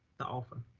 the offer.